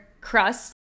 crust